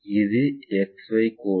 இது XY கோடு